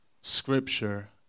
scripture